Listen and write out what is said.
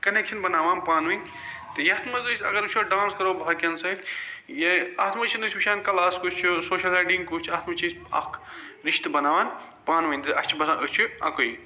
connection بناوان پانوٲنۍ تہٕ یَتھ منٛز أسۍ اگر وُچھو ڈانٕس کرُو باقٕین سۭتۍ یہِ اَتھ منٛز چھِنہٕ أسۍ وُچھان کَلاس کُس چھُ سوشل کُس چھُ اَتھ منٛز چھِ أسۍ اَکھ رشتہٕ بناوان پانوٲنۍ زِ اسہِ چھِ باسان أسۍ چھِ اکُے